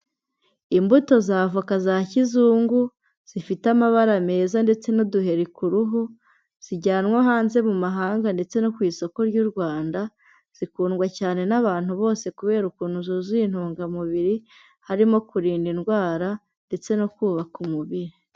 Imbuto za avoka za kizungu, zifite amabara meza ndetse n'uduheri ku ruhu, zijyanwa hanze mu mahanga ndetse no ku isoko ry'u Rwanda, zikundwa cyane n'abantu bose kubera ukuntu zuzuye intungamubiri, harimo kurinda indwara ndetse no kubaka umubiri.